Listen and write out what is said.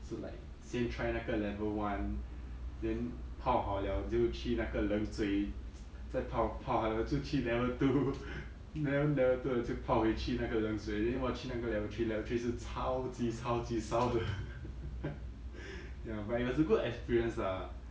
so like 先 try 那个 level one then 泡好了就去那个冷水在泡泡好了就出去 level two then level two 了就泡回去那个冷水 then !wah! 去那个 level three level three 是超级超级烧的 ya but it was a good experience ah